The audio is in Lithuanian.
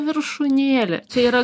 viršūnėlė čia yra